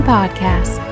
Podcast